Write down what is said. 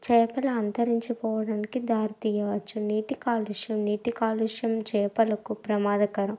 చేపలు అంతరించిపోవడానికి దారి తీయవచ్చు నీటి కాలుష్యం నీటి కాలుష్యం చేపలకు ప్రమాదకరం